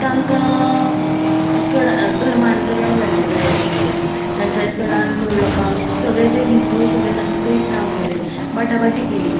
तांकां चड धर्मांतरण जाल्लें जाय आशिल्लें तांच्यानी चडान चड लोकांक सगळे जे हिंदू आशिल्ले तांकां क्रिस्तांव केले बाटाबाटी केली